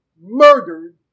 murdered